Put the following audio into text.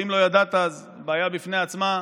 ואם לא ידעת אז זו בעיה בפני עצמה,